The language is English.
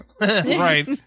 Right